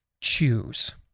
Choose